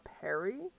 Perry